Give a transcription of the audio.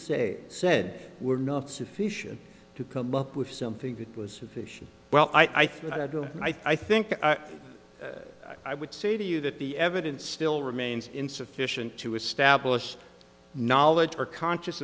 say said we're not sufficient to come up with something that was efficient well i think i do and i think i would say to you that the evidence still remains insufficient to establish knowledge or conscious